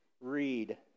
read